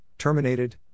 terminated